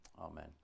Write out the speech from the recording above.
Amen